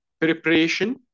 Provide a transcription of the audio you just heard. preparation